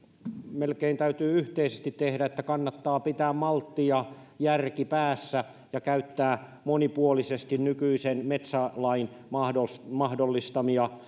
melkein täytyy yhteisesti tehdä että kannattaa pitää maltti ja järki päässä ja käyttää monipuolisesti nykyisen metsälain mahdollistamia mahdollistamia